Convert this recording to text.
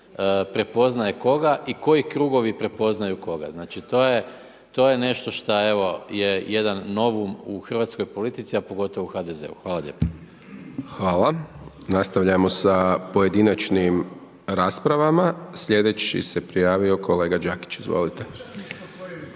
prepoznaje koga i koji krugovi prepoznaju koga, znači to je nešto šta evo, jedan novum u hrvatskoj politici a pogotovo u HDZ-u. Hvala lijepo. **Hajdaš Dončić, Siniša (SDP)** Hvala. Nastavljamo sa pojedinačnim raspravama. Slijedeći se prijavio kolega Đakić, izvolite.